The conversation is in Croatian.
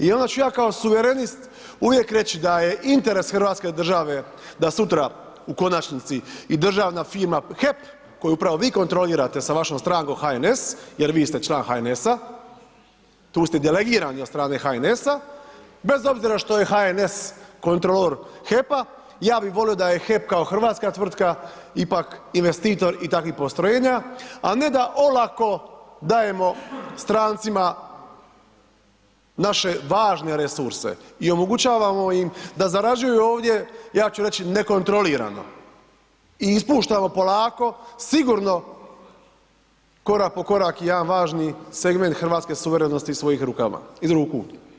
I onda ću ja kao suvremenost, uvijek reći da je interes Hrvatske države, da sutra, u konačnici i državna firma HEP, koju upravo vi kontrolirate sa vašom strankom HNS, jer vi ste član HNS-a, tu ste delegirani od strane HNS-a, bez obzira što je HNS kontrolor HEP-a, ja bi volio da je HEP kao hrvatska tvrtka ipak investitor i takvih postrojenja, a ne da olako dajemo strancima naše važne resurse i omogućavamo im da zarađuju ovdje, ja ću reći nekontrolirano i ispuštamo polako, sigurno, korak po korak, jedan važni segment hrvatske suvremenosti svojih ruku.